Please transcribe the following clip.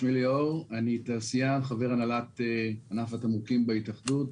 אני תעשיין, חבר הנהלת ענף התמרוקים בהתאחדות.